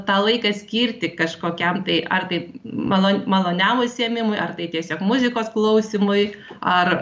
tą laiką skirti kažkokiam tai ar tai malo maloniam užsiėmimui ar tai tiesiog muzikos klausymui ar